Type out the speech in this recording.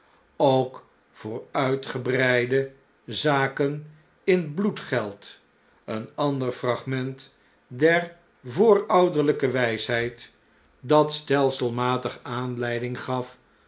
ook voor uitgebreide zaken in bloedgeld een ander fragment der voorouderin'ke wn'sheid dat stelselmatig aanleiding gaf